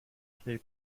cape